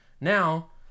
Now